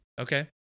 Okay